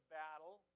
battle